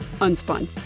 Unspun